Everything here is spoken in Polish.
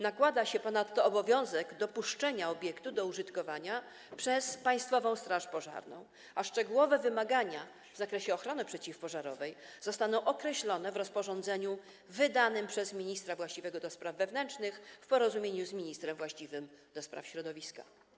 Nakłada się ponadto obowiązek dopuszczenia obiektu do użytkowania przez Państwową Straż Pożarną, a szczegółowe wymagania w zakresie ochrony przeciwpożarowej zostaną określone w rozporządzeniu wydanym przez ministra właściwego do spraw wewnętrznych, w porozumieniu z ministrem właściwym do spraw środowiska.